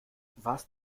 warst